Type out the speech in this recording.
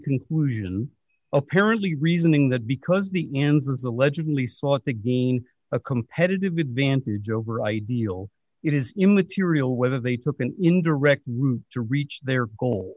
conclusion apparently reasoning that because the ends of the legibly sought the gain a competitive advantage over ideal it is immaterial whether they took an indirect route to reach their goal